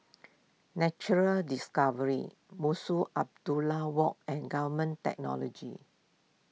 Natural Discovery Munshi Abdullah Walk and Government Technology